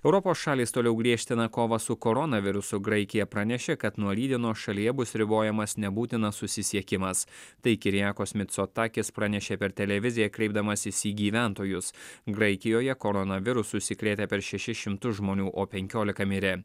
europos šalys toliau griežtina kovą su koronavirusu graikija pranešė kad nuo rytdienos šalyje bus ribojamas nebūtinas susisiekimas tai kiriakos mitsotakis pranešė per televiziją kreipdamasis į gyventojus graikijoje koronavirusu užsikrėtę per šešis šimtus žmonių o penkiolika mirė